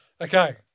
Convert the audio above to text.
Okay